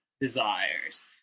desires